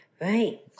Right